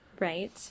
Right